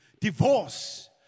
divorce